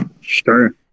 Sure